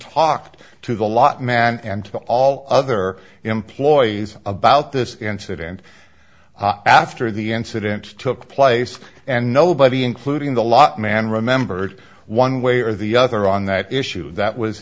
talked to the lot man and to all other employees about this incident after the incident took place and nobody including the lot man remembered one way or the other on that issue that was